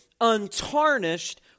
untarnished